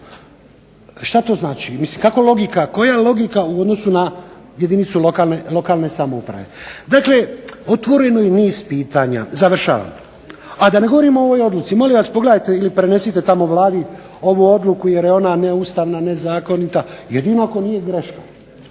je logika, koja je logika u odnosu na jedinicu lokalne samouprave? Dakle, otvoreno je niz pitanja, završavam, a da ne govorim o ovoj odluci. Molim vas pogledajte ili prenesite tamo Vladi ovu odluku jer je ona neustavna, nezakonita jedino ako nije greška,